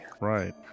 Right